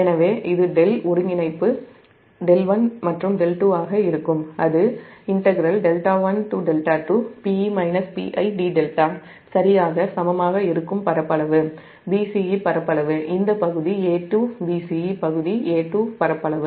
எனவே இது டெல் ஒருங்கிணைப்பு δ1 மற்றும்δ2 ஆக இருக்கும் அது சரியாக சமமாக இருக்கும் பரப்பளவு bce பரப்பளவு இந்த பகுதி A2 bce பகுதி A2 பரப்பளவு